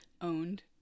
owned